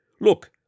Look